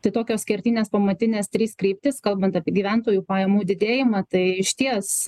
tai tokios kertinės pamatinės trys kryptys kalbant apie gyventojų pajamų didėjimą tai išties